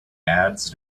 ads